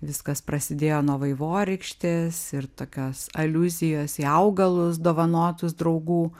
viskas prasidėjo nuo vaivorykštės ir tokios aliuzijos į augalus dovanotus draugų